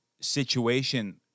situation